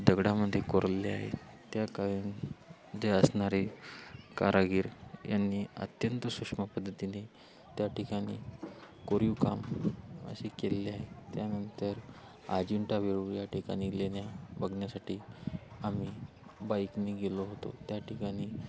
दगडामध्ये कोरलेले आहे त्या काळात जे असणारे कारागीर यांनी अत्यंत सुक्ष्म पद्धतीने त्या ठिकाणी कोरीव काम असे केलेले आहे त्यानंतर आजिंठा वेरूळ या ठिकाणी लेण्या बघण्यासाठी आम्ही बाईकने गेलो होतो त्या ठिकाणी